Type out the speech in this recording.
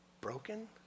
broken